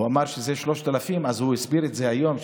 הוא אמר שזה 3,000 ואז הוא הסביר את זה היום,